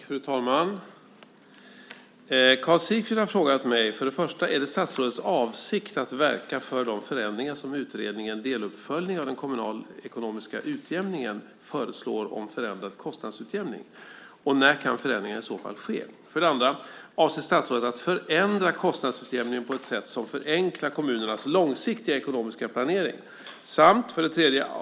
Fru talman! Karl Sigfrid har frågat mig följande: 1. Är det statsrådets avsikt att verka för de förändringar som utredningen Deluppföljning av den kommunalekonomiska utjämningen föreslår om förändrad kostnadsutjämning, och när kan förändringarna i så fall ske? 2. Avser statsrådet att förändra kostnadsutjämningen på ett sätt som förenklar kommunernas långsiktiga ekonomiska planering? 3.